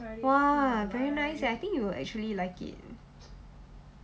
!wah! very nice eh I think you will actually like it